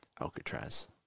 Alcatraz